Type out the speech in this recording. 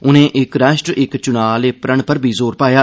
उनें इक राष्ट्र इक चुनां आह्ले प्रण उप्पर बी जोर पाया